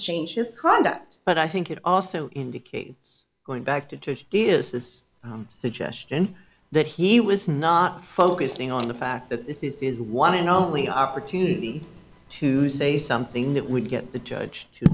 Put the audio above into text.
change his conduct but i think it also indicates going back to church to use this suggestion that he was not focusing on the fact that this is the one and only opportunity to say something that would get the judge to